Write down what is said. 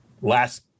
last